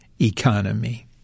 economy